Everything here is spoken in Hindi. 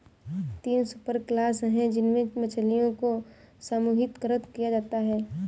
तीन सुपरक्लास है जिनमें मछलियों को समूहीकृत किया जाता है